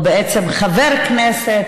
או בעצם חבר הכנסת,